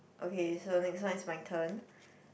okay so next one is my turn